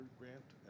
grant